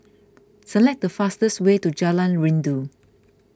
select the fastest way to Jalan Rindu